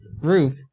roof